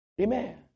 Amen